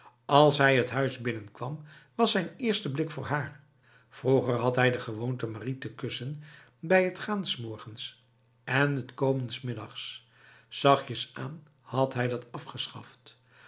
als hij het huis binnenkwam was zijn eerste blik voor haar vroeger had hij de gewoonte marie te kussen bij het gaan s morgens en het komen s middags zachtjesaan had hij dat afgeschaft